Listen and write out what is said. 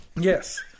yes